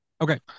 Okay